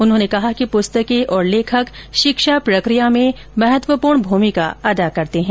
उन्होंने कहा कि पुस्तके और लेखक शिक्षा प्रकिया में महत्वपूर्ण भूमिका अदा करते हैं